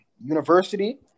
university